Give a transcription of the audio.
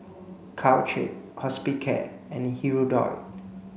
Caltrate Hospicare and Hirudoid